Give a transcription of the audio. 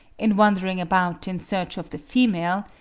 in wandering about in search of the female,